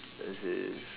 as in